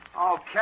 Okay